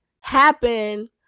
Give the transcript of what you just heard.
happen